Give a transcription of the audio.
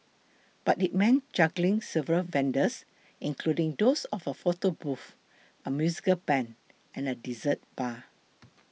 but it meant juggling several vendors including those of a photo booth a musical band and a dessert bar